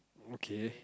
okay